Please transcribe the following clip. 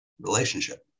relationship